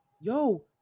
Yo